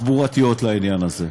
תחבורתיות לעניין הזה.